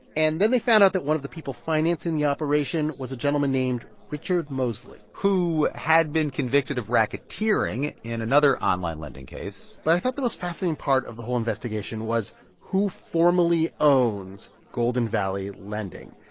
and then they found out that one of the people financing the operation was a gentleman named richard moseley who had been convicted of racketeering in another online lending case but i thought the most fascinating part of the whole investigation was who formally owns golden valley lending.